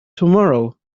tomorrow